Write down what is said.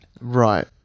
Right